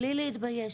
בלי להתבייש,